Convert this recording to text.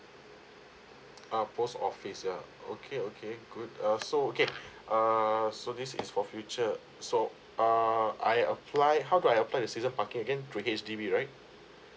ah post office yeah okay okay good uh so okay err so this is for future so err I apply how do I apply the season parking again through H_D_B right